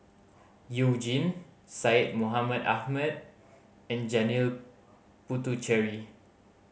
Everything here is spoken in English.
You Jin Syed Mohamed Ahmed and Janil Puthucheary